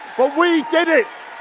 but we did it!